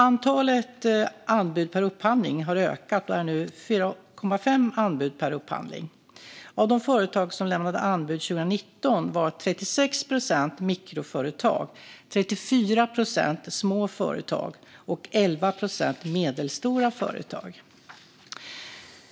Antalet anbud per upphandling har ökat och är nu 4,5 anbud per upphandling. Av de företag som lämnade anbud 2019 var 36 procent mikroföretag, 34 procent små företag och 11 procent medelstora företag.